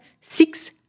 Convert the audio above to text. six